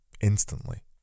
instantly